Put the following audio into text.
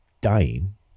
dying